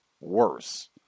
worse